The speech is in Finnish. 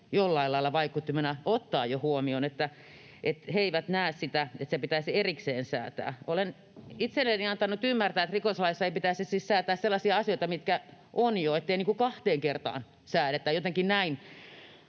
jollain lailla vaikuttimena. He eivät näe, että siitä pitäisi erikseen säätää. Olen itseni antanut ymmärtää, että rikoslaissa ei pitäisi siis säätää sellaisia asioita, mitkä ovat jo, että ei niin kuin kahteen kertaan säädetä. Jotenkin näin